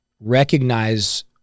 recognize